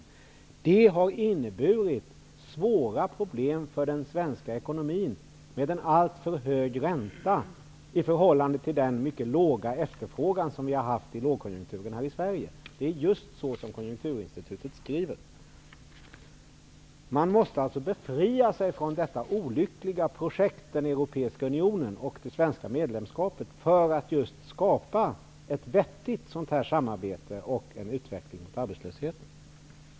Rapporten visar att konstruktionen inneburit svåra problem för den svenska ekonomin, med alltför hög ränta i förhållande till mycket låg efterfråga. Så skriver Konjunkturinstitutet att vi haft det under perioderna av lågkonjunktur i Sverige. Man måste alltså befria sig från detta olyckliga projekt, den europeiska unionen och det svenska medlemskapet, för att skapa ett vettigt samarbete och en utveckling mot arbetslösheten.